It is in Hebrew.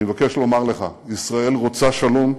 אני מבקש לומר לך: ישראל רוצה שלום.